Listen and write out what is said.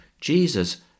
Jesus